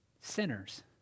sinners